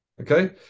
Okay